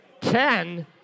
Ten